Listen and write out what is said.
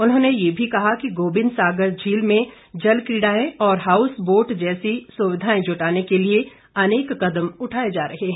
उन्होंने ये भी कहा कि गोबिंद सागर झील में जलक्रिडाएं और हाउस बोट जैसी सुविधाएं जुटाने के लिए अनेक कदम उठाए जा रहे हैं